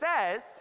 says